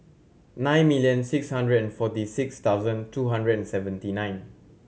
nine million six hundred and forty six thousand two hundred and seventy nine